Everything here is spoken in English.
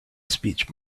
speech